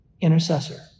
intercessor